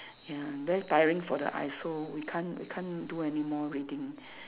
ya very tiring for the eyes so we can't we can't do anymore reading